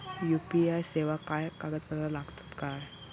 UPI सेवाक काय कागदपत्र लागतत काय?